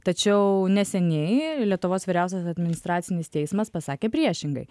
tačiau neseniai lietuvos vyriausiasis administracinis teismas pasakė priešingai